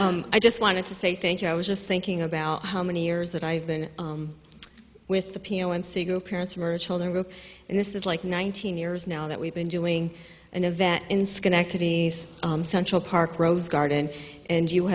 to i just wanted to say thank you i was just thinking about how many years that i've been with the piano and single parents or children group and this is like nineteen years now that we've been doing an event in schenectady central park rose garden and